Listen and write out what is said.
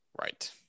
right